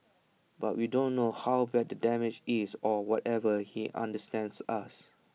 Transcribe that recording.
but we don't know how bad the damage is or whatever he understands us